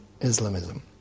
Islamism